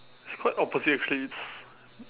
it's quite opposite actually it's